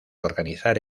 organizar